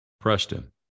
preston